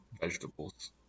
vegetables